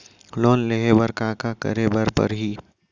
Loan लेहे बर का का का करे बर परहि?